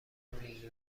میلیونها